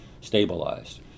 stabilized